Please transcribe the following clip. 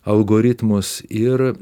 algoritmus ir